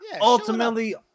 ultimately